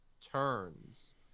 turns